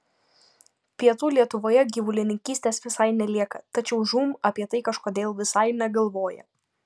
pietų lietuvoje gyvulininkystės visai nelieka tačiau žūm apie tai kažkodėl visai negalvoja